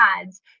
ads